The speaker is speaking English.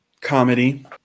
Comedy